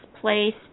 place